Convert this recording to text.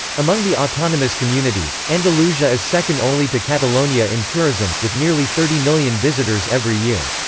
among the autonomous communities, andalusia is second only to catalonia in tourism, with nearly thirty million visitors every year.